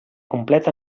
completa